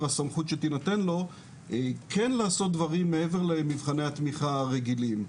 הסמכות שתינתן לו כן לעשות דברים מעבר למבחני התמיכה הרגילים.